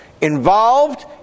involved